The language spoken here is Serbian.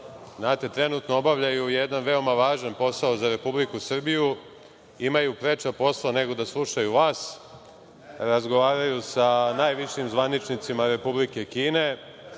Znate, trenutno obavljaju jedan veoma važan posao za Republiku Srbiju, imaju preča posla nego da slušaju vas. Razgovaraju sa najvišim zvaničnicima Republike Kine,